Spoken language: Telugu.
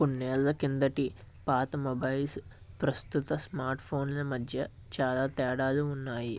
కొన్నేళ్ళ క్రిందటి పాత మొబైల్స్ ప్రస్తుత స్మార్ట్ఫోన్ల మధ్య చాలా తేడాలు ఉన్నాయి